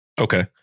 Okay